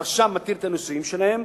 הרשם מתיר את הנישואים שלהם.